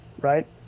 right